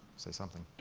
say something.